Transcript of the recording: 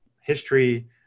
history